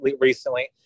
recently